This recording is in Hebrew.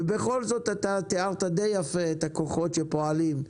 ובכל זאת תיארת יפה למדי את הכוחות שפועלים,